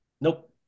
Nope